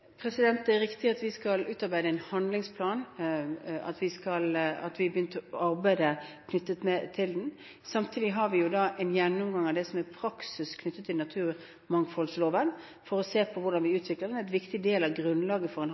Det er riktig at vi skal utarbeide en handlingsplan, og vi har begynt arbeidet knyttet til den. Samtidig har vi en gjennomgang av det som er praksis knyttet til naturmangfoldsloven, for å se på hvordan vi utvikler den. En viktig del av grunnlaget for en